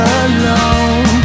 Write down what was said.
alone